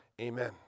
Amen